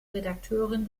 redakteurin